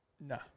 No